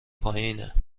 پایینه